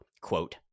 quote